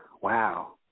Wow